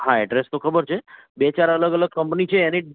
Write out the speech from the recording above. હા એડ્રેસ તો ખબર છે બે ચાર અલગ અલગ કંપની છે એની